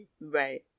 right